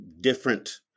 different